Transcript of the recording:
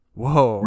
whoa